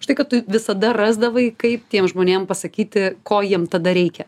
štai ką tu visada rasdavai kaip tiem žmonėm pasakyti ko jiem tada reikia